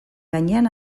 gainean